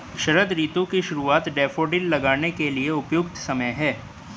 शरद ऋतु की शुरुआत डैफोडिल लगाने के लिए उपयुक्त समय है